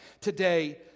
today